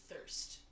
Thirst